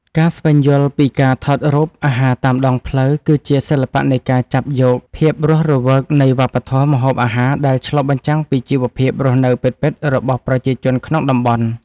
ការស្វែងយល់ពីការថតរូបអាហារតាមដងផ្លូវ គឺជាសិល្បៈនៃការចាប់យកភាពរស់រវើកនៃវប្បធម៌ម្ហូបអាហារដែលឆ្លុះបញ្ចាំងពីជីវភាពរស់នៅពិតៗរបស់ប្រជាជនក្នុងតំបន់។